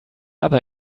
other